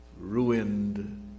ruined